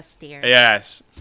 Yes